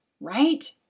right